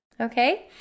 Okay